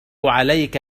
عليك